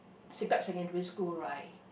siglap secondary school right